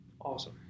Awesome